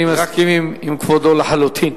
אני מסכים עם כבודו לחלוטין.